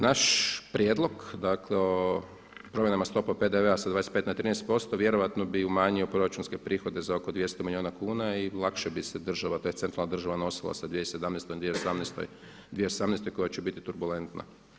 Naš prijedlog, dakle o promjenama stope PDV-a sa 25 na 13% vjerojatno bi umanjio proračunske prihode za oko 200 milijuna kuna i lakše bi se država, tj. centralna država nosila sa 2017. i 2018. koja će biti turbulentna.